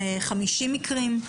50 מקרים.